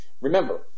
Remember